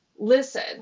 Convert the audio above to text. listen